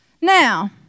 Now